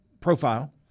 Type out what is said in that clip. profile